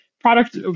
product